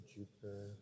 Jupiter